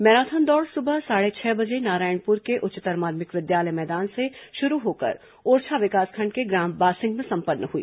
marathon दौड़ सुबह साढ़े छह बजे नारायणपुर के उच्चतर माध्यमिक विद्यालय मैदान से शुरू होकर ओरछा विकासखंड के ग्राम बासिंग में संपन्न हुई